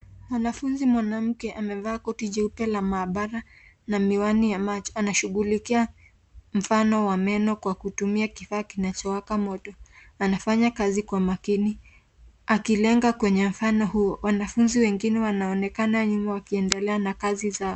Mwanafunzi mwanamke amevaa koti jeupe la maabara na miwani ya macho. Anashughulikia mfano wa meno kwa kutumia kifaa kichowaka moto. Anafanya kazi kwa makini akilenga kwenye mfano huo. Wanafunzi wengine wanonekana nyuma wakiendelea na kazi zao.